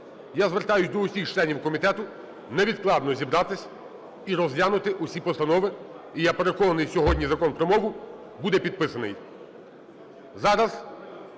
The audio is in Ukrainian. Я звертаюсь до усіх членів комітету невідкладно зібратись і розглянути усі постанови. І, я переконаний, сьогодні Закон про мову буде підписаний.